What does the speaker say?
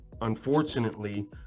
unfortunately